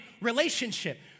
relationship